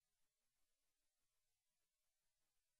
Read my lips.